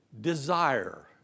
desire